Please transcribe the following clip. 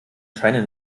scheine